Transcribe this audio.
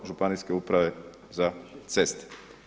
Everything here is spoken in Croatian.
Županijske uprave za ceste.